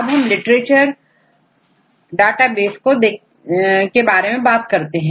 अब हम literature database के बारे में देखते हैं